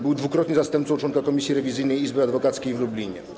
Był dwukrotnie zastępcą członka Komisji Rewizyjnej Izby Adwokackiej w Lublinie.